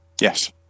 Yes